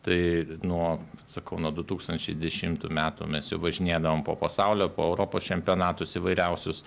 tai nuo sakau nuo du tūkstančiai dešimtų metų mes jau važinėdavom po pasaulio po europos čempionatus įvairiausius